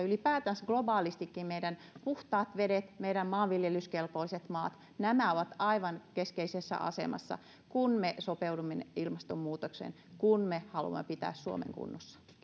ylipäätänsä globaalistikin meidän puhtaat vedet meidän maanviljelyskelpoiset maat nämä ovat aivan keskeisessä asemassa kun me sopeudumme ilmastonmuutoksen kun me haluamme pitää suomen kunnossa